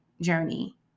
journey